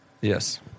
Yes